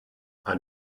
ein